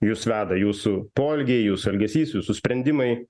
jus veda jūsų poelgiai jūsų elgesys jūsų sprendimai